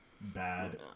bad